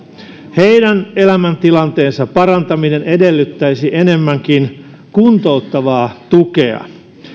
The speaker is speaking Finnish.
heidän elämäntilanteensa parantaminen edellyttäisi enemmänkin kuntouttavaa tukea